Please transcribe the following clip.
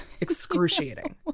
excruciating